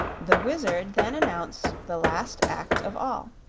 the wizard then announced the last act of all,